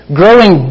growing